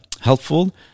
helpful